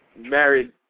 married